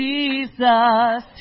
Jesus